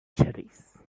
cherries